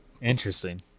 Interesting